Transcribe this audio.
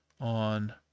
on